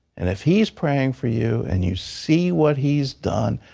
and if he is praying for you and you see what he has done,